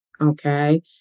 okay